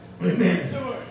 Amen